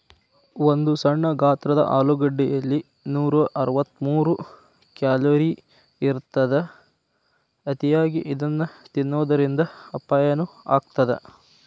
ಒಂದು ಸಣ್ಣ ಗಾತ್ರದ ಆಲೂಗಡ್ಡೆಯಲ್ಲಿ ನೂರಅರವತ್ತಮೂರು ಕ್ಯಾಲೋರಿ ಇರತ್ತದ, ಅತಿಯಾಗಿ ಇದನ್ನ ತಿನ್ನೋದರಿಂದ ಅಪಾಯನು ಆಗತ್ತದ